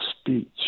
speech